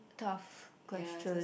tough question